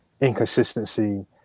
inconsistency